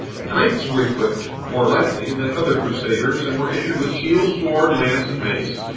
knights were equipped more lightly than other crusaders, and were issued with shields, sword, lance and mace.